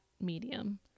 medium